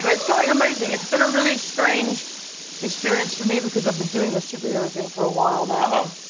but it's going amazing. it's been a really strange experience for me, because i've been doing the super hero thing for a while now,